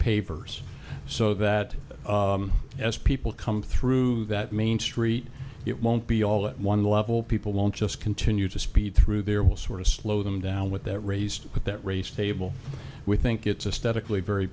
papers so that as people come through that main street it won't be all at one level people won't just continue to speed through there will sort of slow them down with that raised but that race table we think it's a statically very